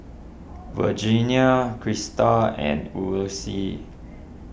Virginia Christa and Ulysses